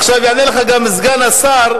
עכשיו יענה לך סגן השר,